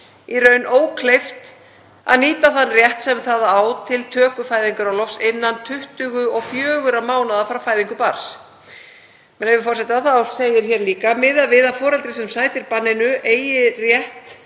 í raun ókleift að nýta þann rétt sem það á til töku fæðingarorlofs innan 24 mánaða frá fæðingu barns …“ Þá segir hér líka: „Miðað við að foreldrið sem sætir banninu eigi rétt